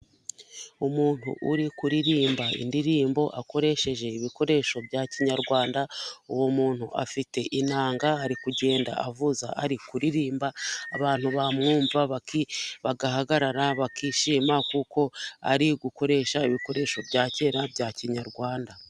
Umuntu uri kuririmba indirimbo akoresheje ibikoresho bya kinyarwanda, umumu afite inanga ari kugenda avuza, ari kuririmba abantu bamwumva bagahagarara bakishima, kuko ari gukoresha ibikoresho bya kera bya kinyarwanda.